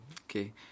Okay